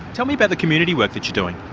tell me about the community work that you're doing.